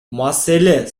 маселе